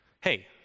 Hey